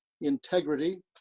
Integrity